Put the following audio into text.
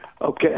Okay